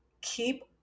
keep